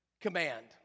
command